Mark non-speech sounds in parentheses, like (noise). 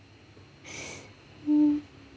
(noise) hmm